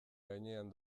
gainean